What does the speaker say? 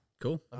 Cool